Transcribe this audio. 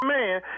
man